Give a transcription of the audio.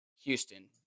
Houston